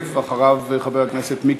חבר הכנסת עמר בר-לב.